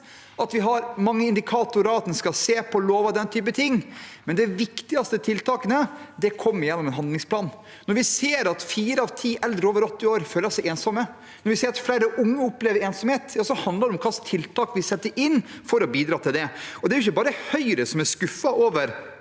at vi har mange indikatorer, og at en skal se på lover og den type ting, men de viktigste tiltakene kommer gjennom en handlingsplan. Når vi ser at fire av ti eldre over 80 år føler seg ensomme, når vi ser at flere unge opplever ensomhet, handler det om hva slags tiltak vi setter inn for å bidra til å motvirke det. Det er ikke bare Høyre som er skuffet over